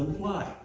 fly.